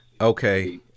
Okay